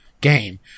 game